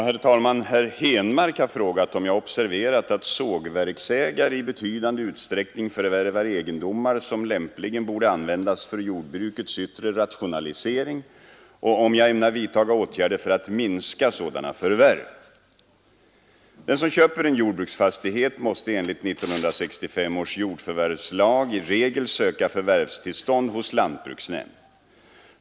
Herr talman! Herr Henmark har frågat om jag observerat att sågverksägare i betydande utsträckning förvärvar egendomar som lämpligen borde användas för jordbrukets yttre rationalisering och om jag ämnar vidtaga åtgärder för att minska sådana förvärv. Den som köper en jordbruksfastighet måste enligt 1965 års jordförvärvslag i regel söka förvärvstillstånd hos lantbruksnämnd.